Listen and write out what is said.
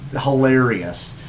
hilarious